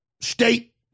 state